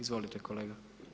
Izvolite kolega.